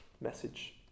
message